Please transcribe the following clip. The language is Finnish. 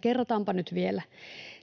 kerrataanpa nyt vielä: